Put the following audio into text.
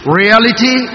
reality